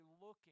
looking